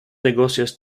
negocios